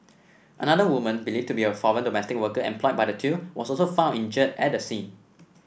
another woman believed to be a foreign domestic worker employed by the two was also found injured at the scene